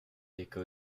écho